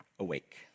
awake